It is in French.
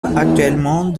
actuellement